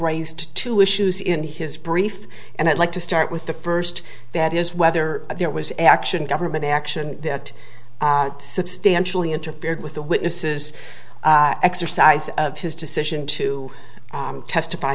raised two issues in his brief and i'd like to start with the first that is whether there was action government action that substantially interfered with the witnesses exercise of his decision to testify